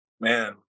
Man